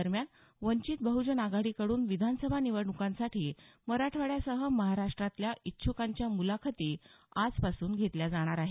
दरम्यान वंचित बहुजन आघाडीकडून विधानसभा निवडणुकांसाठी मराठवाड्यासह महाराष्ट्रातल्या इच्छ्कांच्या मुलाखती आजपासून घेतल्या जाणार आहेत